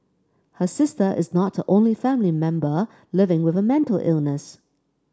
her sister is not the only family member living with a mental illness